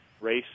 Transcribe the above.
race